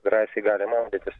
drąsiai gali maudytis